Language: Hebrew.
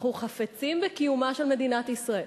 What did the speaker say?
אנחנו חפצים בקיומה של מדינת ישראל.